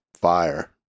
fire